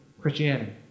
Christianity